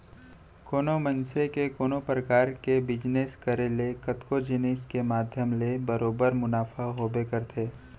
कोनो मनसे के कोनो परकार के बिजनेस करे ले कतको जिनिस के माध्यम ले बरोबर मुनाफा होबे करथे